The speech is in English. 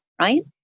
right